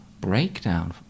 breakdown